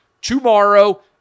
tomorrow